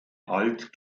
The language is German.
alt